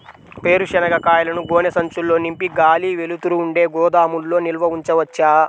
వేరుశనగ కాయలను గోనె సంచుల్లో నింపి గాలి, వెలుతురు ఉండే గోదాముల్లో నిల్వ ఉంచవచ్చా?